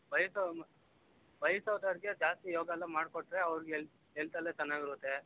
ವಯಸ್ಸು ವಯಸ್ಸಾದವ್ರ್ಗೆ ಜಾಸ್ತಿ ಯೋಗಲ್ಲ ಮಾಡಿಕೊಟ್ರೆ ಅವರ್ಗೆ ಎಲ್ತ್ ಎಲ್ತೆಲ್ಲ ಚೆನ್ನಾಗಾಗುತ್ತೆ